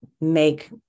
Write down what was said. make